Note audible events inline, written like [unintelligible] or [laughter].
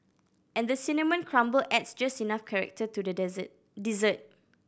and the cinnamon crumble adds just enough character to the [unintelligible] dessert